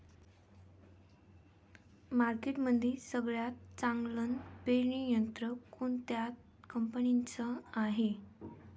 मार्केटमंदी सगळ्यात चांगलं पेरणी यंत्र कोनत्या कंपनीचं हाये?